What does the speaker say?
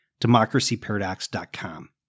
democracyparadox.com